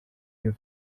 iyo